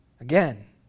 Again